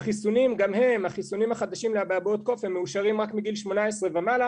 החיסונים החדשים לאבעבועות קוף מאושרים רק מגיל 18 ומעלה.